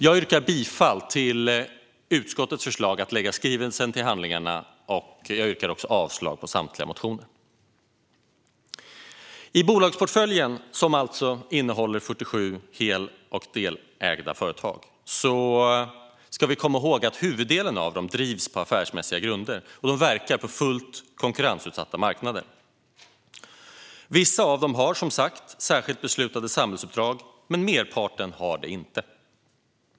Jag yrkar bifall till utskottets förslag att lägga skrivelsen till handlingarna och också avslag på samtliga motioner. Bolagsportföljen innehåller 47 hel och delägda företag. Vi ska komma ihåg att huvuddelen av dem drivs på affärsmässiga grunder och verkar på fullt konkurrensutsatta marknader. Vissa av dem har som sagt särskilt beslutade samhällsuppdrag, men merparten har det inte.